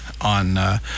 on